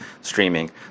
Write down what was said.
streaming